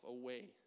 away